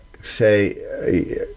say